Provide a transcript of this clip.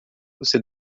você